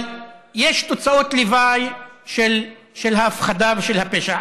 אבל יש תוצאות לוואי להפחדה ולפשע.